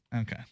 Okay